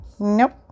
Nope